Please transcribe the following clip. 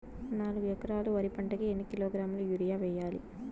నాలుగు ఎకరాలు వరి పంటకి ఎన్ని కిలోగ్రాముల యూరియ వేయాలి?